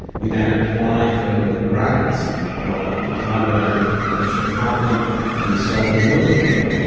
you then apply for another grant or you collaborate with a commercial partner and you solve another bit,